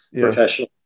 professional